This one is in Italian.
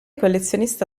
collezionista